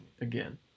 again